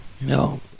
No